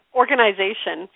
organization